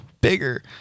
bigger